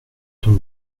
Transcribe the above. donc